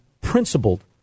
principled